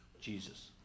Jesus